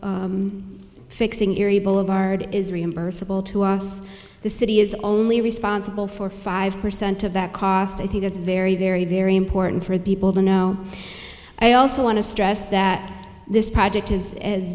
fixing erie boulevard is reimbursable to us the city is only responsible for five percent of that cost i think it's very very very important for people to know i also want to stress that this project is a